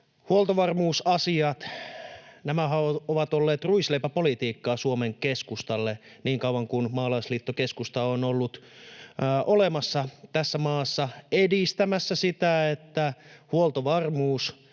Huoltovarmuusasiathan ovat olleet ruisleipäpolitiikkaa Suomen Keskustalle niin kauan, kun maalaisliitto-keskusta on ollut olemassa tässä maassa edistämässä sitä, että huoltovarmuus